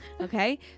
Okay